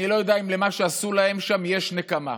אני לא יודע אם למה שעשו להם שם יש נקמה.